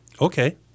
Okay